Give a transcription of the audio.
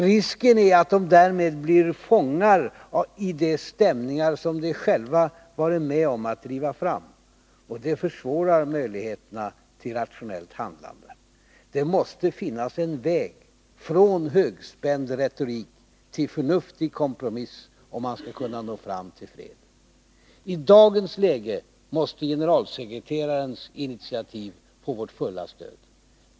Risken är att de därmed blir fångar i de stämningar som de själva varit med om att driva fram. Det försvårar möjligheterna till rationellt handlande. Det måste finnas en väg från högspänd retorik till förnuftig kompromiss, om man skall kunna nå fram till fred. I dagens läge måste generalsekreterarens initiativ få vårt fulla stöd.